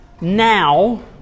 now